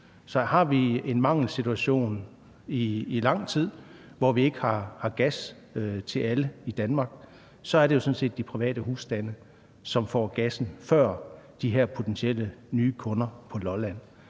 Så har vi en mangelsituation i lang tid, hvor vi ikke har gas til alle i Danmark, er det jo sådan set de private husstande, der får gassen før de her potentielle nye kunder på Lolland.